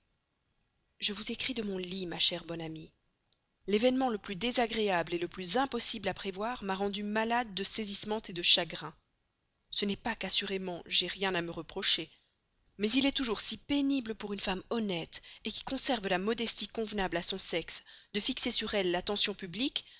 je vous écris de mon lit ma chère bonne amie l'événement le plus désagréable le plus impossible à prévoir m'a rendue malade de saisissement de chagrin ce n'est pas qu'assurément j'aie rien à me reprocher mais il est toujours si pénible pour une femme honnête qui conserve la modestie convenable à son sexe de fixer sur elle l'attention publique